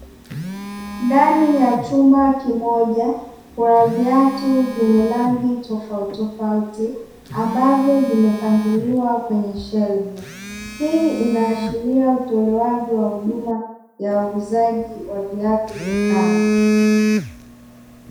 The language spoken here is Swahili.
Ndani ya chumba kimoja kuna viatu vyenye rangi tofautitofauti ambavyo vimepangiliwa kwenye shelfu. Hii inaashiria utolewaji wa huduma ya uuzaji wa viatu dukani.